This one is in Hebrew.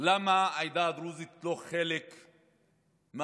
למה העדה הדרוזית לא חלק מההפגנות?